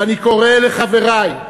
אני קורא לחברי,